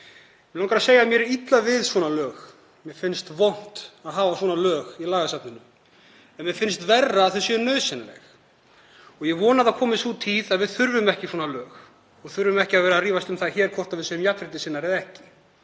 Mig langar að segja að mér er illa við svona lög. Mér finnst vont að hafa svona lög í lagasafninu en mér finnst verra að þau séu nauðsynleg. Ég vona að það komi sú tíð að við þurfum ekki svona lög, að við þurfum ekki að vera að rífast um það hér hvort við séum jafnréttissinnar eða ekki.